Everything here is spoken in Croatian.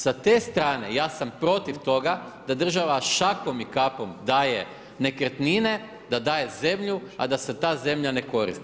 Sa te strane ja sam protiv toga da država šakom i kapom daje nekretnine, da daje zemlju, a da se ta zemlja ne koristi.